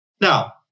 Now